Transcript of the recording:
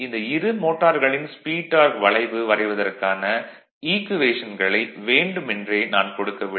இந்த இரு மோட்டார்களின் ஸ்பீட் டார்க் வளைவு வரைவதற்கான ஈக்குவேஷன்களை வேண்டுமென்றே நான் கொடுக்கவில்லை